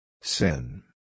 Sin